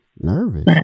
Nervous